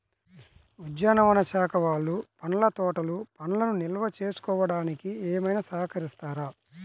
ఉద్యానవన శాఖ వాళ్ళు పండ్ల తోటలు పండ్లను నిల్వ చేసుకోవడానికి ఏమైనా సహకరిస్తారా?